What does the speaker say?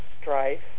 strife